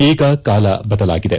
ಈಗ ಕಾಲ ಬದಲಾಗಿದೆ